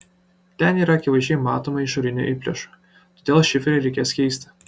ten yra akivaizdžiai matomų išorinių įplėšų todėl šiferį reikės keisti